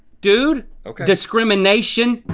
dude. discrimination.